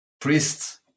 priests